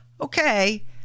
okay